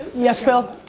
yes phil?